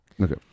Okay